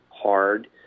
hard